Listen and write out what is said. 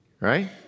right